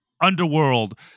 Underworld